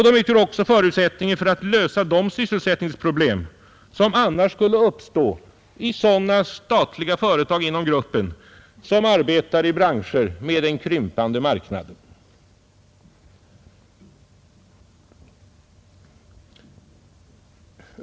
Den utgör också förutsättningen för att lösa de sysselsättningsproblem som annars skulle uppstå i sådana statliga företag inom gruppen som arbetar i branscher med en krympande marknad.